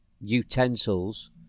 utensils